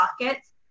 pockets